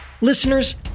listeners